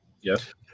Yes